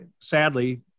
sadly